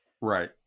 right